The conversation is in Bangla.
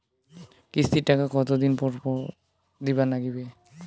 কিস্তির টাকা কতোদিন পর পর দিবার নাগিবে?